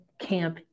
camp